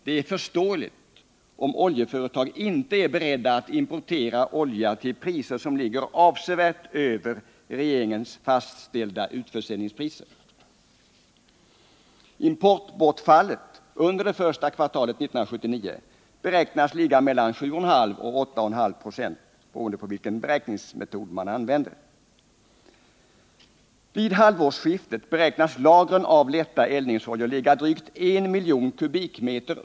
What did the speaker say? Det är förståeligt om oljeföretag inte är beredda att importera olja till priser som ligger avsevärt över av regeringen fastställda utförsäljningspriser. Importbortfallet under första kvartalet 1979 beräknas ligga mellan 7,5 och 8,5 96 beroende på vilken beräkningsmetod som används. Vid halvårsskiftet beräknas lagren av lätta eldningsoljor ligga drygt 1 miljon m?